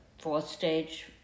fourth-stage